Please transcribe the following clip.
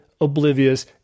oblivious